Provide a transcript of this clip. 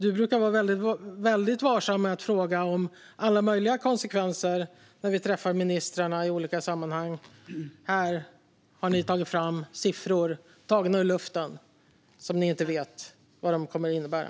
Du brukar vara väldigt varsam och fråga om alla möjliga konsekvenser när vi träffar ministrar i olika sammanhang. Här har ni tagit fram siffror tagna ur luften som ni inte vet vad de kommer att innebära.